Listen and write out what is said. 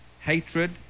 hatred